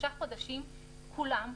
שלושה חודשים כולם,